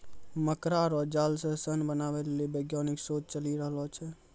मकड़ा रो जाल से सन बनाबै लेली वैज्ञानिक शोध चली रहलो छै